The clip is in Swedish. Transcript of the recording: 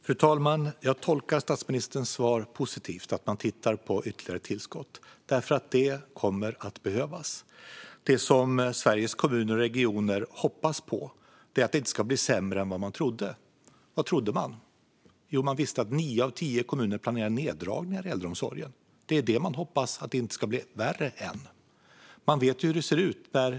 Fru talman! Jag tolkar statsministerns svar positivt - att man tittar på ytterligare tillskott. Det kommer att behövas. Det som Sveriges Kommuner och Regioner hoppas på är att det inte ska bli sämre än man trodde. Vad trodde man? Jo, man visste att nio av tio kommuner planerar neddragningar i äldreomsorgen. Det är detta som man hoppas inte ska bli värre. Vi vet hur det ser ut.